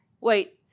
Wait